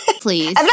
Please